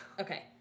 Okay